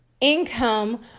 income